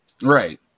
Right